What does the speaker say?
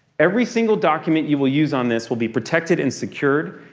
every single document you will use on this will be protected and secured.